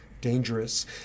dangerous